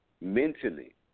Mentally